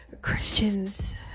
Christians